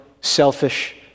selfish